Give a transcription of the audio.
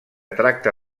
tracta